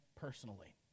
personally